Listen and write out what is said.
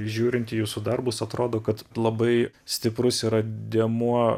žiūrint į jūsų darbus atrodo kad labai stiprus yra dėmuo